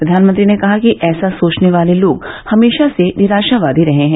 प्रधानमंत्री ने कहा कि ऐसा सोचने वाले लोग हमेशा से निराशावादी रहे हैं